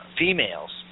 females